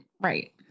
right